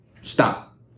stop